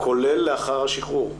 כולל לאחר השחרור.